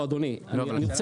אדוני, אני רוצה